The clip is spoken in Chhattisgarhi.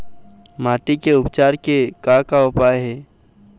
माटी के उपचार के का का उपाय हे?